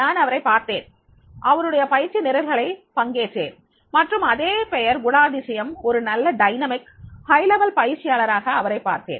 நான் அவரைப் பார்த்தேன் அவருடைய பயிற்சி நிரல்களை பங்கேற்றேன் மற்றும் அதே பெயர் குணாதிசயம் ஒரு நல்ல சக்திவாய்ந்த உயர்நிலை பயிற்சியாளராக அவரைப் பார்த்தேன்